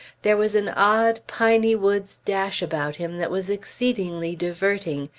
there was an odd, piney-woods dash about him that was exceedingly diverting,